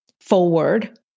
forward